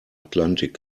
atlantik